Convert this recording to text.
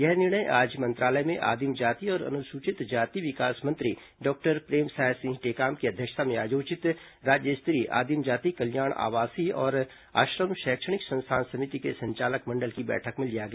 यह निर्णय आज मंत्रालय में आदिम जाति और अनुसूचित जाति विकास मंत्री डॉक्टर प्रेमसाय सिंह टेकाम की अध्यक्षता में आयोजित राज्य स्तरीय आदिम जाति कल्याण आवासीय और आश्रम शैक्षणिक संस्थान समिति के संचालक मंडल की बैठक में लिया गया